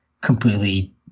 completely